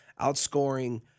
outscoring